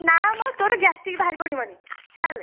ନାଁ ମ ତୋର ଗ୍ୟାଷ୍ଟିକ ବାହାରି ପଡ଼ିବନି ଚାଲ୍